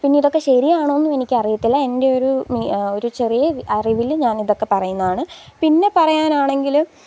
പിന്നെ ഇതൊക്കെ ശരിയാണോ ഒന്നും എനിക്കറിയത്തില്ല എന്റെ ഒരു മി ഒരു ചെറിയ അറിവിൽ ഞാനിതൊക്കെ പറയുന്നതാണ് പിന്നെ പറയാനാണെങ്കിൽ